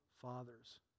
fathers